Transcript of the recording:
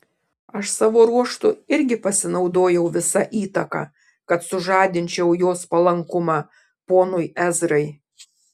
aš savo ruožtu irgi pasinaudojau visa įtaka kad sužadinčiau jos palankumą ponui ezrai